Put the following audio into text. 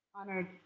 Honored